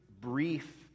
brief